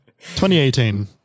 2018